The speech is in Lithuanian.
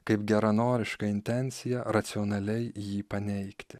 kaip geranoriška intencija racionaliai jį paneigti